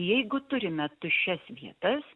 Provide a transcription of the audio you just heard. jeigu turime tuščias vietas